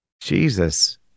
Jesus